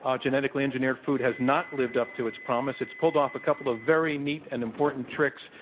um genetically engineered food has not lived up to its promise. it's pulled off a couple of very neat and important tricks,